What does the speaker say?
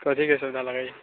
कथीके सुविधा लागैए